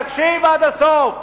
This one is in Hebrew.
תקשיב עד הסוף.